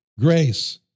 grace